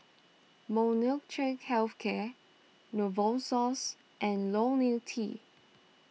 Molnylcke Health Care Novosource and Ionil T